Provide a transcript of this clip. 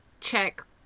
check